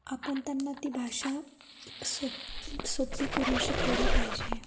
आपण त्यांना ती भाषा सोपी सोपी करून शिकवली पाहिजे